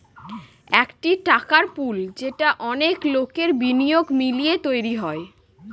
একটি টাকার পুল যেটা অনেক লোকের বিনিয়োগ মিলিয়ে তৈরী হয়